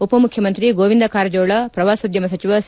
ಉಪ ಮುಖ್ಯಮಂತ್ರಿ ಗೋವಿಂದ ಕಾರಜೋಳ ಪ್ರವಾಸೋದ್ಯಮ ಸಚಿವ ಸಿ